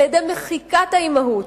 על-ידי מחיקת האימהות,